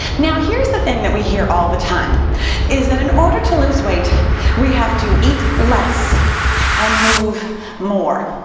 now, here's the thing that we hear all the time is that in order to lose weight we have to eat less and move more.